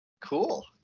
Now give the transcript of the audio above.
cool